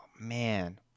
man